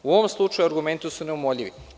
U ovom slučaju, argumenti su neumoljivi.